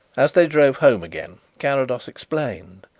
as they drove home again carrados explained,